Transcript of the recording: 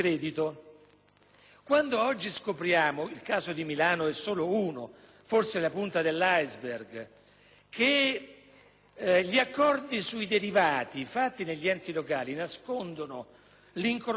oggi - il caso di Milano è solo uno ed è forse la punta dell'*iceberg* - che gli accordi sui derivati fatti dagli enti locali nascondono l'incrocio tra